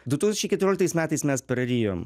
du tūkstančiai keturioliktais metais mes prarijom